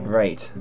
right